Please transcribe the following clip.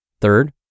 Third